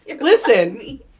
listen